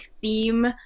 theme